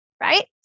right